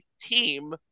team